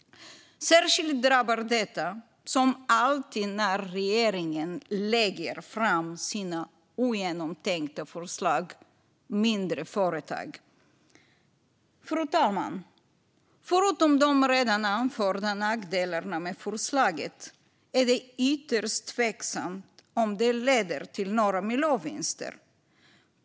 Särskilt drabbar detta, som alltid när regeringen lägger fram sina ogenomtänkta förslag, mindre företag. Fru talman! Förutom de redan anförda nackdelarna med förslaget är det ytterst tveksamt om det leder till några miljövinster.